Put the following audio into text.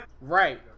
right